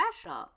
special